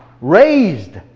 raised